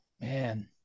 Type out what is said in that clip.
man